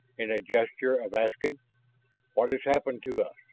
in a gesture of asking what has happened to us.